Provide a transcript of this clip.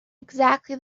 exactly